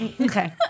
Okay